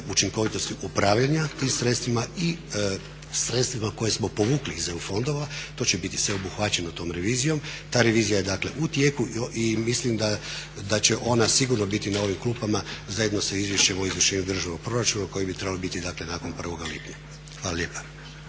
učinkovitosti upravljanja tim sredstvima i sredstvima koja smo povukli iz EU fondova, to će biti sve obuhvaćeno tom revizijom. Ta revizija je dakle u tijeku i mislim da će ona sigurno biti na ovim klupama zajedno sa Izvješćem o izvršenju državnog proračuna koje bi trebalo biti dakle nakon 1. lipnja. Hvala lijepa.